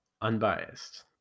unbiased